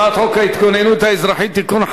הצעת חוק ההתגוננות האזרחית (תיקון,